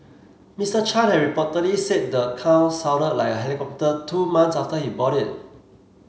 Mister Chan had reportedly said the car sounded like a helicopter two months after he bought it